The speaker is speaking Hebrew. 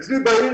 אצלי בעיר